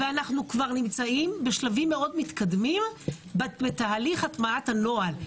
ואנחנו נמצאים בשלבים מאוד מתקדמים בתהליך הטמעת הנוהל.